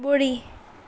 ॿुड़ी